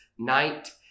night